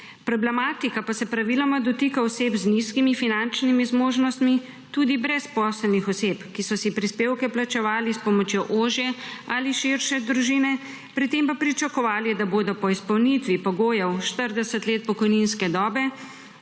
Problematika pa se praviloma dotika oseb z nizkimi finančnimi zmožnostmi, tudi brezposelnih oseb, ki so si prispevke plačevale s pomočjo ožje ali širše družine, pri tem pa pričakovale, da bodo po izpolnitvi pogojev 40 let pokojninske dobe